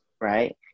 right